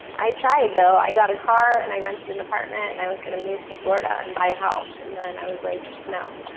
i tried though. i got a car and i rented an apartment and i was gonna move to florida and buy a house and then i was like, no.